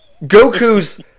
Goku's